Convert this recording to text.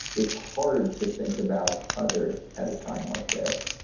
it's hard to think about others at a time like this.